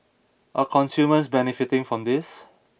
are consumers benefiting from this